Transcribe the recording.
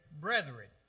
brethren